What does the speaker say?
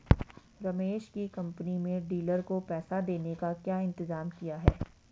रमेश की कंपनी में डीलर को पैसा देने का क्या इंतजाम किया है?